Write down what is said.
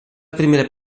primera